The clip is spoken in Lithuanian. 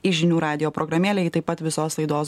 į žinių radijo programėlę ji taip pat visos laidos